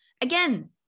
Again